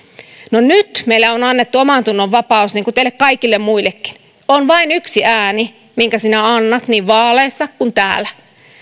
no nyt meille on annettu omantunnonvapaus niin kuin teille kaikille muillekin on vain yksi ääni minkä sinä annat niin vaaleissa kuin